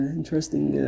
interesting